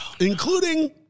including